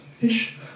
ish